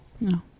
no